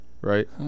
right